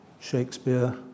Shakespeare